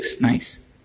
Nice